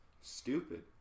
stupid